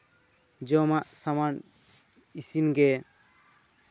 ᱡᱚᱢᱟᱜ ᱥᱟᱢᱟᱱ ᱤᱥᱤᱱ ᱜᱮ